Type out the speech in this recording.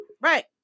Right